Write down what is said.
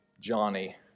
Johnny